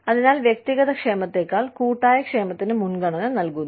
അതിനാൽ വ്യക്തിഗത ക്ഷേമത്തേക്കാൾ കൂട്ടായ ക്ഷേമത്തിന് മുൻഗണന നൽകുന്നു